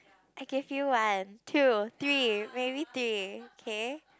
I can feel one two three maybe three okay